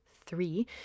Three